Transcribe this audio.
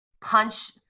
punch